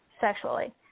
sexually